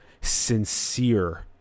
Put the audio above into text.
Sincere